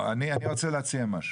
אדוני היושב-ראש, אני רוצה להציע משהו.